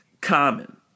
Common